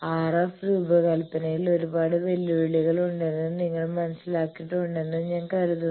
RF രൂപകൽപ്പനയിൽ ഒരുപാട് വെല്ലുവിളികൾ ഉണ്ടെന്ന് നിങ്ങൾ മനസ്സിലാക്കിയിട്ടുണ്ടെന്ന് ഞാൻ കരുതുന്നു